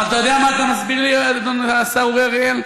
אבל אתה יודע מה אתה מסביר לי, השר אורי אריאל?